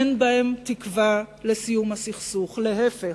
אין בהן תקווה לסיום הסכסוך, להיפך.